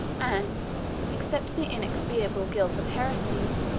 and except in the inexpiable guilt of heresy,